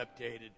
updated